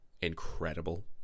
incredible